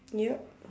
yep